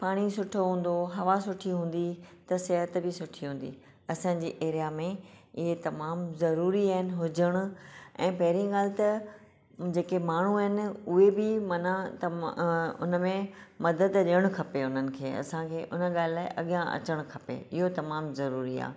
पाणी सुठो हूंदो हवा सुठी हूंदी त सिहत बि सुठी हूंदी असांजे एरिआ में इहे तमामु ज़रूरी आहिनि हुजण ऐं पहिरीं ॻाल्हि त जेके माण्हू आहिनि उहे बि माना उनमें मदद ॾियणु खपे उन्हनि खे असांखे हुन ॻाल्हि लाइ अॻियां अचणु खपे इहो तमामु ज़रूरी आहे